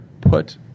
put